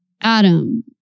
Adam